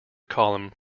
column